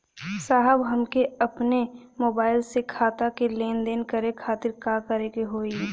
साहब हमके अपने मोबाइल से खाता के लेनदेन करे खातिर का करे के होई?